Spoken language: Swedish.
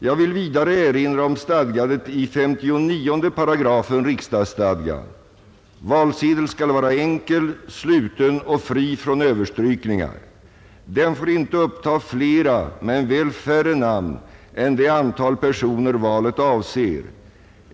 Jag vill vidare erinra om stadgandet i 59 § riksdagsstadgan: Valsedel skall vara enkel, sluten och fri från överstrykningar. Den får inte uppta flera men väl färre namn än det antal personer valet avser.